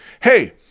Hey